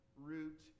root